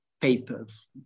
papers